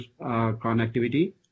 connectivity